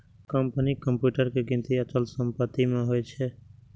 कंपनीक कंप्यूटर के गिनती अचल संपत्ति मे होइ छै